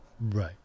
Right